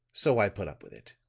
so i put up with it.